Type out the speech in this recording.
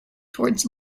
towards